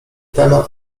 temat